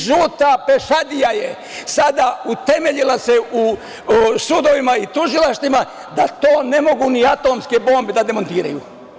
Žuta pešadija“ se sada utemeljila u sudovima i tužilaštvima da to ne mogu ni atomske bombe da demontiraju.